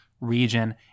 region